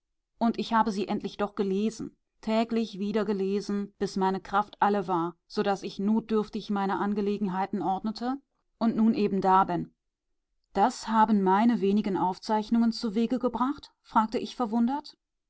und habe sie endlich doch gelesen täglich wieder gelesen bis meine kraft alle war so daß ich notdürftig meine angelegenheiten ordnete und und nun eben da bin das haben meine wenigen aufzeichnungen zuwege gebracht fragte ich verwundert